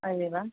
अरे वा